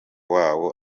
wawo